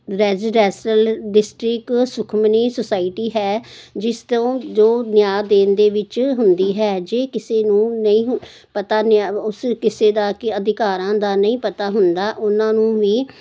residential district Sukhmani society ਹੈ ਜਿਸ ਤੋਂ ਜੋ ਨਿਆ ਦੇਣ ਦੇ ਵਿੱਚ ਹੁੰਦੀ ਹੈ ਜੇ ਕਿਸੇ ਨੂੰ ਨਹੀਂ ਪਤਾ ਉਸ ਕਿਸੇ ਦਾ ਕਿ ਅਧਿਕਾਰਾਂ ਦਾ ਨਹੀਂ ਪਤਾ ਹੁੰਦਾ ਉਹਨਾਂ ਨੂੰ ਵੀ